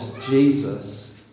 Jesus